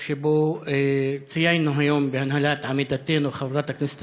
שבו ציינו בהנהלת עמיתתנו חברת הכנסת